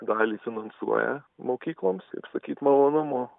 dalį finansuoja mokykloms ir sakyt malonumo